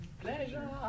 Pleasure